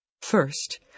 First